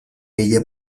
ella